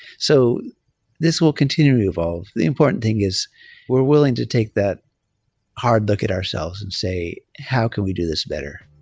so this will continue to evolve. the important thing is we're willing to take that hard look at ourselves and say, how can we do this better?